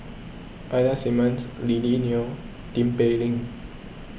Ida Simmons Lily Neo Tin Pei Ling